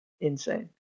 insane